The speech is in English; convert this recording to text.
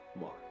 mark